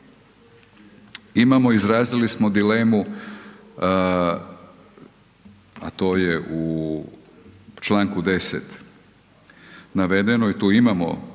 izrazili smo dilemu, a to je u Članku 10. navedeno i tu imamo